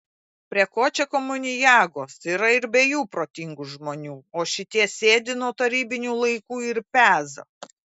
prie ko čia komuniagos yra ir be jų protingų žmonių o šitie sėdi nuo tarybinių laikų ir peza